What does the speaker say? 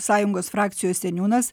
sąjungos frakcijos seniūnas